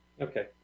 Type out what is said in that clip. Okay